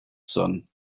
son